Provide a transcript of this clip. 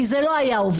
כי זה לא היה עובר.